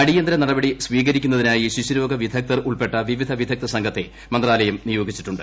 അടിയന്തര നടപടി സ്വീകരിക്കുന്നതിനായി ശിശുരോഗ വിദഗ്ധർ ഉൾപ്പെട്ട വിവിധ വിദഗ്ധ സംഘത്തെ മന്ത്രാലയം നിയോഗിച്ചിട്ടുണ്ട്